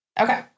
Okay